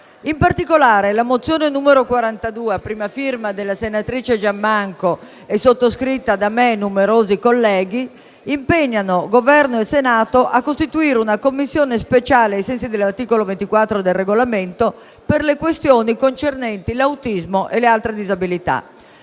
In particolare, la mozione n. 42, a prima firma della senatrice Giammanco e sottoscritta da me e numerosi colleghi, impegnano il Governo e il Senato a costituire una Commissione speciale, ai sensi dell'articolo 24 del Regolamento, per le questioni concernenti l'autismo e altre disabilità.